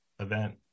Event